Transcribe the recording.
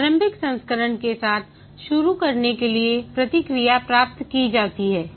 प्रारंभिक संस्करण के साथ शुरू करने के लिए प्रतिक्रिया प्राप्त की जाती है